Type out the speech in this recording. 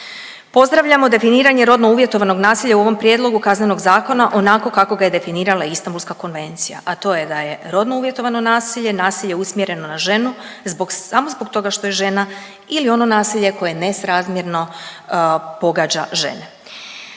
Pozdravljamo definiranje rodno uvjetovanog nasilja u ovom prijedlogu KZ onako kako ga je definirala Istambulska konvencija, a to je da je rodno uvjetovano nasilje nasilje usmjereno na ženu zbog, samo zbog toga što je žena ili ono nasilje koje nesrazmjerno pogađa žene.